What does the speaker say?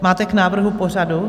Máte k návrhu pořadu?